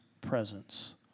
presence